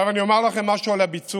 עכשיו אני אומר לכם משהו על הביצוע.